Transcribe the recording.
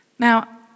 Now